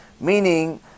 Meaning